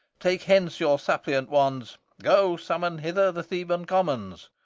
take hence your suppliant wands, go summon hither the theban commons.